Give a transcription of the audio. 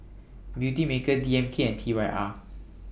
Beautymaker D M K and T Y R